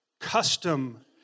custom